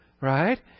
right